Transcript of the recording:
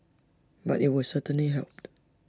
but IT would certainly help